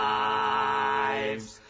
lives